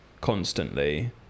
constantly